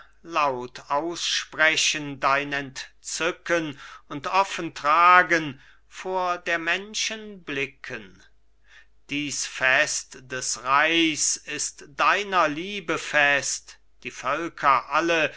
laut aussprechen dein entzücken und offen tragen vor der menschen blicken dies fest des reichs ist deiner liebe fest die völker alle